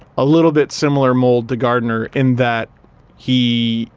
a little bit similar mold to gardiner in that he,